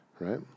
Right